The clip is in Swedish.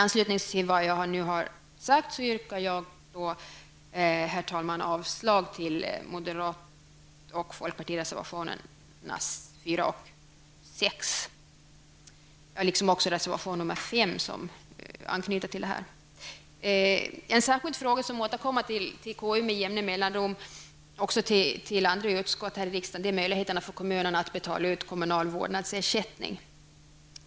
I anslutning till det anförda yrkar jag avslag på de moderata och folkpartistiska reservationerna 4, 5 och 6. En särskild fråga som återkommer till KU med jämna mellanrum och också till andra utskott här i riksdagen är möjligheterna för kommuner att betala ut vårdnadsersättning.